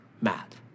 Matt